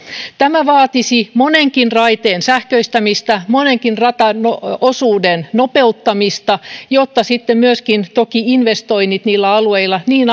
tämä vaatisi monenkin raiteen sähköistämistä monenkin rataosuuden nopeuttamista jotta sitten myöskin toki investoinnit niillä alueilla niin